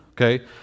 okay